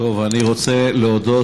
אני רוצה להודות,